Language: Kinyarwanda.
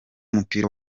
w’umupira